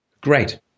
great